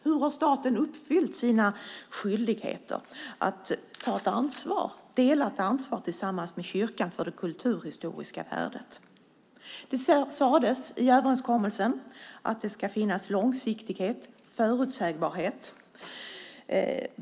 Hur har staten uppfyllt sina skyldigheter att ta ett delat ansvar tillsammans med kyrkan för det kulturhistoriska värdet? Det sades i överenskommelsen att det ska finnas långsiktighet och förutsägbarhet.